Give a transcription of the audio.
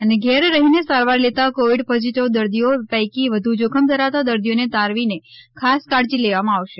અને ઘેર રહીને સારવાર લેતા કોવિડ પોઝિટિવ દર્દીઓ પૈકી વધુ જોખમ ધરાવતા દર્દીઓને તારવીને ખાસ કાળજી લેવામાં આવશે